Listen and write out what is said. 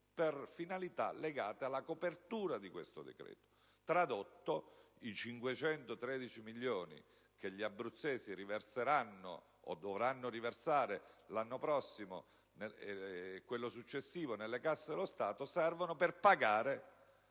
per finalità legate alla copertura di questo decreto. Tradotto: i 513 milioni che gli abruzzesi riverseranno o dovranno riversare l'anno prossimo e quello successivo nelle casse dello Stato serviranno a pagare